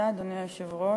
אדוני היושב-ראש,